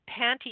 panty